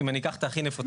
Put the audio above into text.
אם אני אקח את הכי נפוצים.